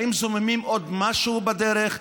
האם זוממים עוד משהו בדרך?